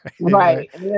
Right